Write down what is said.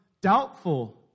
doubtful